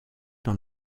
dans